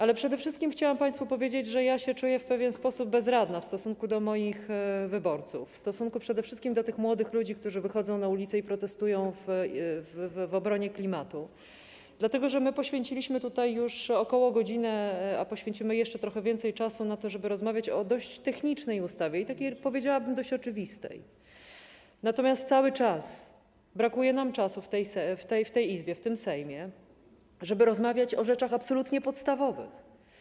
Ale przede wszystkim chciałam państwu powiedzieć, że ja się czuję w pewien sposób bezradna w stosunku do moich wyborców, w stosunku przede wszystkim do tych młodych ludzi, którzy wychodzą na ulicę i protestują w obronie klimatu, dlatego że poświęciliśmy tutaj już ok. godzinę, a poświęcimy jeszcze trochę więcej czasu, na to, żeby rozmawiać o ustawie technicznej i takiej, powiedziałabym, dość oczywistej, natomiast cały czas brakuje nam czasu w tej Izbie, w tej kadencji Sejmu, żeby rozmawiać o rzeczach absolutnie podstawowych.